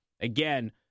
Again